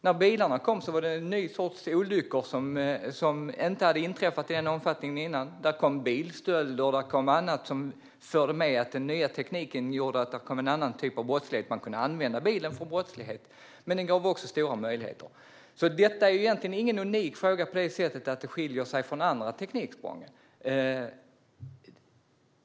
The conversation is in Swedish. När bilarna kom inträffade en ny sorts olyckor som inte hade förekommit i den omfattningen innan. Den nya tekniken gjorde att det kom en annan typ av brottslighet, till exempel bilstölder. Man kunde använda bilen till brottslighet men den gav också stora möjligheter. Detta är alltså egentligen ingen unik fråga på det sättet att detta tekniksprång skiljer sig från andra tekniksprång.